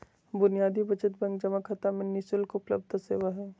बुनियादी बचत बैंक जमा खाता में नि शुल्क उपलब्ध सेवा हइ